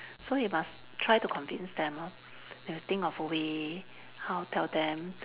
so you must try to convince them lor you've think of a way how to tell them